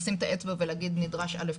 לשים את האצבע ולהגיד נדרש אלף,